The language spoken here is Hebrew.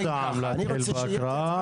יש טעם להתחיל בהקראה.